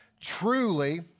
Truly